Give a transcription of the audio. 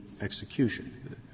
execution